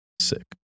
Sick